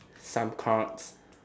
some cards